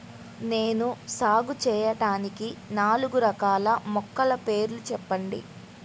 నేను సాగు చేయటానికి నాలుగు రకాల మొలకల పేర్లు చెప్పండి?